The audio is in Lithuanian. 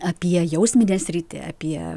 apie jausminę sritį apie